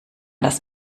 das